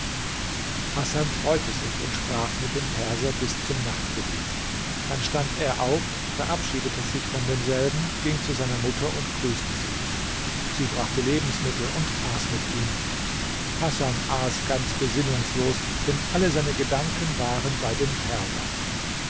hasan freute sich und sprach mit dem perser bis zum nachtgebet dann stand er auf verabschiedete sich von demselben ging zu seiner mutter und grüßte sie sie brachte lebensmittel und aß mit ihm hasan aß ganz besinnungslos denn alle seine gedanken waren bei dem perser